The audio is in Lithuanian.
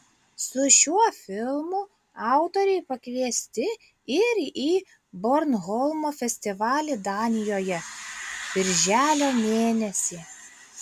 su šiuo filmu autoriai pakviesti ir į bornholmo festivalį danijoje birželio mėnesį